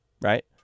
right